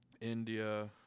India